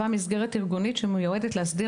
טכנולוגיה שמהווה מסגרת ארגונית שמיועדת להסדיר